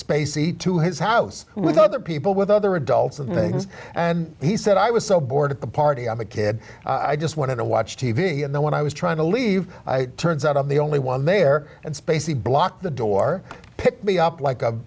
spacey to his house with other people with other adults and things and he said i was so bored at the party i'm a kid i just wanted to watch t v and then when i was trying to leave i turns out i'm the only one there and spacey blocked the door picked me up like